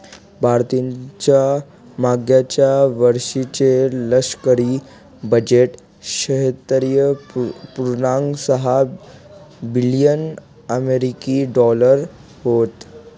भारताचं मागच्या वर्षीचे लष्करी बजेट शहात्तर पुर्णांक सहा बिलियन अमेरिकी डॉलर होतं